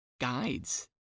guides